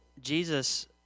Jesus